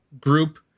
group